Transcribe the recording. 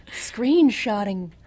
screenshotting